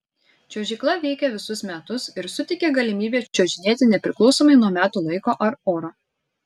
čiuožykla veikia visus metus ir suteikia galimybę čiuožinėti nepriklausomai nuo metų laiko ar oro